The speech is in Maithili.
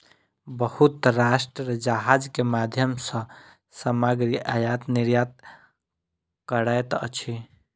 बहुत राष्ट्र जहाज के माध्यम सॅ सामग्री आयत निर्यात करैत अछि